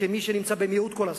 כמי שנמצא במיעוט כל הזמן,